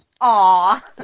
aw